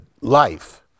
life